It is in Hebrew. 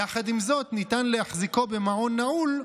יחד עם זאת ניתן להחזיקו במעון נעול,